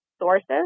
sources